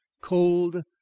cold